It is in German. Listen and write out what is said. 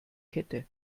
kette